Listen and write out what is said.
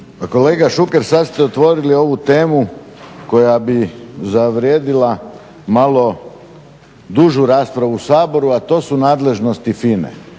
Kolega Šuker sad ste otvorili ovu temu koja bi zavrijedila malo dužu raspravu u Saboru, a to su nadležnosti FINA-e.